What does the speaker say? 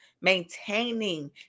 maintaining